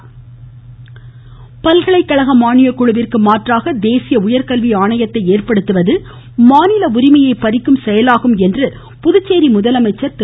நாராயணசாமி பல்கலைக்கழக மானியக் குழுவிற்கு மாற்றாக தேசிய உயர்கல்வி ஆணையத்தை ஏற்படுத்துவது மாநில உரிமையை பறிக்கும் செயலாகும் என்று புதுச்சேரி முதலமைச்சர் திரு